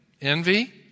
envy